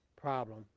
problem